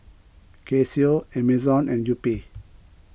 Casio Amazon and Yupi